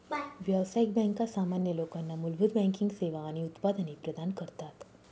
व्यावसायिक बँका सामान्य लोकांना मूलभूत बँकिंग सेवा आणि उत्पादने प्रदान करतात